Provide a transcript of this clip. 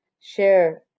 share